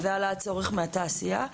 והצורך עלה מהתעשייה,